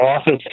office